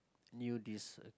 knew this